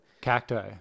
Cacti